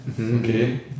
okay